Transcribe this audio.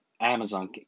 Amazon